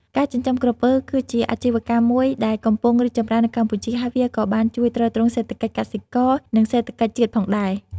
ការចិញ្ចឹមក្រពើ គឺជាអាជីវកម្មមួយដែលកំពុងរីកចម្រើននៅកម្ពុជា ហើយវាក៏បានជួយទ្រទ្រង់សេដ្ឋកិច្ចកសិករ និងសេដ្ឋកិច្ចជាតិផងដែរ។